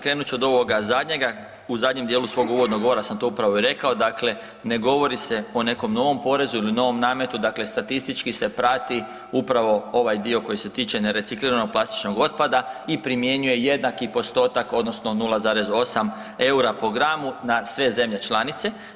Krenut ću od ovog zadnjega, u zadnjem dijelu svog uvodnog govora sam to upravo rekao, dakle ne govori se o nekom novom porezu ili nekom novom nametu, dakle statistički se prati upravo ovaj dio koji se tiče nerecikliranog plastičnog otpada i primjenjuje jednaki postotak odnosno 0,8 eura po gramu na sve zemlje članice.